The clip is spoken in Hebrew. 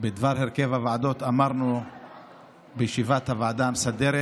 בדבר הרכב הוועדות אמרנו בישיבת הוועדה המסדרת.